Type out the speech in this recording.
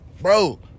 bro